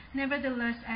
nevertheless